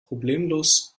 problemlos